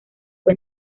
fue